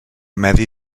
medi